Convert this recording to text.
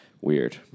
Weird